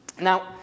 now